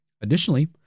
Additionally